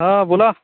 हां बोला